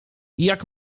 jak